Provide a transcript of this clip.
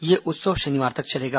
यह उत्सव शनिवार तक चलेगा